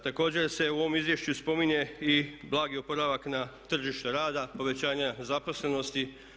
Također se u ovom izvješću spominje i blagi oporavak na tržištu rada, povećanje zaposlenosti.